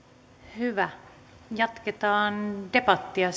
hyvä jatketaan debattia